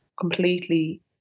completely